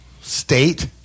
state